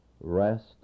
rest